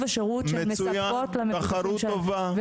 השירות שהן מספקות למטופלים שלהן -- מצוין,